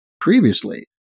Previously